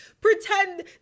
pretend